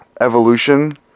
Evolution